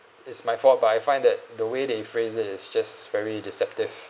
is my fault but I find that the way they phrase it is just very deceptive